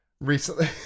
recently